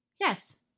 yes